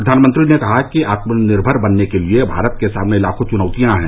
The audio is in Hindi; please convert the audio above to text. प्रधानमंत्री ने कहा कि आत्मनिर्भर बनने के लिए भारत के सामने लाखों चुनौतियां हैं